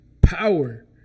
power